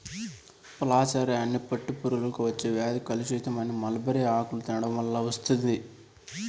flacherie అనే పట్టు పురుగులకు వచ్చే వ్యాధి కలుషితమైన మల్బరీ ఆకులను తినడం వల్ల వస్తుంది